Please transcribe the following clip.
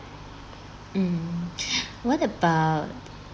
mm what about